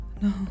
No